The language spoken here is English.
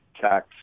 tax